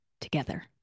together